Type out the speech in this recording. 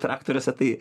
traktoriuose tai